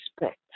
respect